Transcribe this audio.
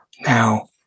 now